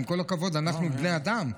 עם כל הכבוד, אנחנו בני אדם.